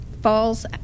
falls